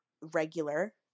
regular